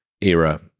era